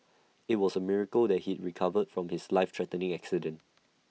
IT was A miracle that he recovered from his life threatening accident